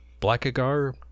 Blackagar